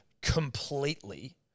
completely